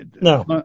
No